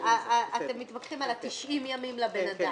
אתם מתווכחים על ה-90 ימים לבן אדם.